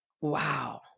Wow